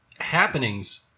happenings